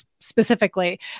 specifically